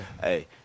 Hey